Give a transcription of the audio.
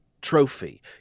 trophy